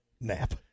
nap